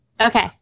Okay